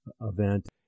event